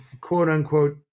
quote-unquote